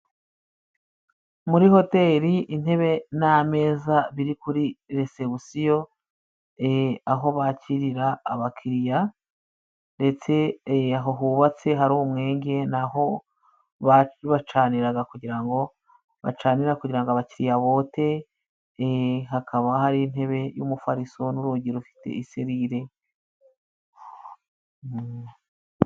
Muri hoteli intebe n'ameza biri kuri resebusiyo aho bakirira abakiriya, ndetse aho hubatse hari umwenge ni aho babacanira kugira ngo bacanira kugira ngo abakiriya bote, hakaba hari intebe y'umufariso n'urugi rufite iserire...